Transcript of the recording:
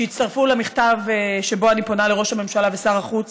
שהצטרפו למכתב שבו אני פונה לראש הממשלה ושר החוץ